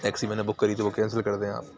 taxi میں نے book کری تھی وہ کینسل کر دیں آپ